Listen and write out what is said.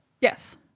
yes